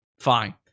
Fine